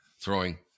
throwing